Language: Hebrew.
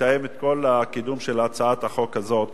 לתאם את כל הקידום של הצעת החוק הזאת